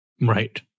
Right